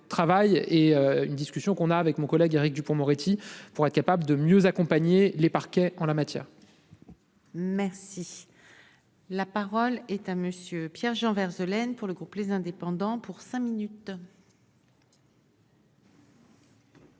travail et une discussion qu'on a avec mon collègue Éric Dupond-Moretti pour être capable de mieux accompagner les parquets en la matière. Merci. La parole est à monsieur Pierre Jean Verzeaux laine pour le groupe les indépendants pour cinq minutes.